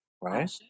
right